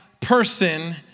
person